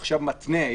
עכשיו מתנה,